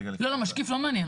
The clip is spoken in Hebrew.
לא, לא, משקיף לא מעניין.